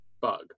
bug